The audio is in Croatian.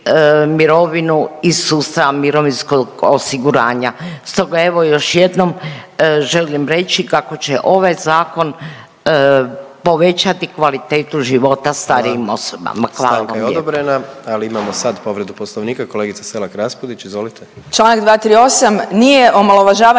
mirovinu iz sustava mirovinskog osiguranja. Stoga evo još jednom želim reći kako će ovaj zakon povećati kvalitetu života starijim osobama.